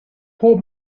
poor